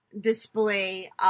display